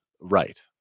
right